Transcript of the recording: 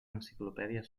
enciclopèdia